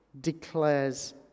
declares